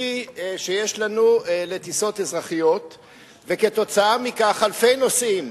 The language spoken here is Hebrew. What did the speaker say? שיש לנו לטיסות אזרחיות ולכן אלפי נוסעים